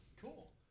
Cool